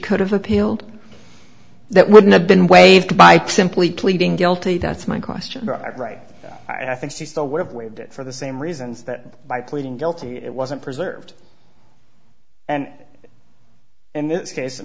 could have appealed that wouldn't have been waived by simply pleading guilty that's my question dr wright i think she still would have waived it for the same reasons that by pleading guilty it wasn't preserved and in this case i